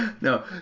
No